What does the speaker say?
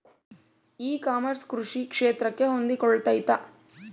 E commerce ಕೃಷಿ ಕ್ಷೇತ್ರಕ್ಕೆ ಹೊಂದಿಕೊಳ್ತೈತಾ?